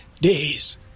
days